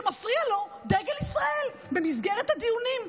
שמפריע לו דגל ישראל במסגרת הדיונים.